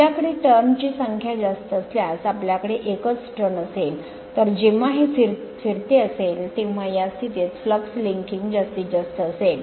आपल्याकडे वळणां ची संख्या जास्त असल्यास आपल्याकडे एकच वळण असेल तर जेव्हा हे फिरते असेल तेव्हा या स्थितीत फ्लक्स लिंकिंग जास्तीत जास्त असेल